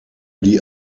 die